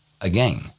again